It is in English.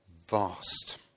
vast